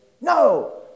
No